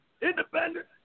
independent